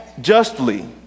justly